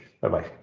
Bye-bye